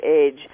age